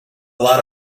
lot